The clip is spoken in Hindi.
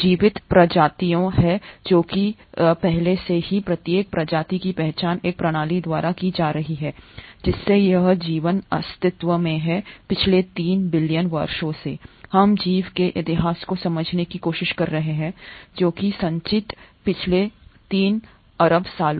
जीवित प्रजातियां हैं जो कि रही हैं पहले से ही प्रत्येक प्रजाति की पहचान एक प्रणाली द्वारा की जा रही है जिससे यह जीवन अस्तित्व में है पिछले 3 बिलियन वर्षों से हम जीवन के इतिहास को समझने की कोशिश कर रहे हैं जो कि संचित है पिछले 3 अरब साल